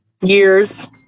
Years